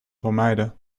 vermijden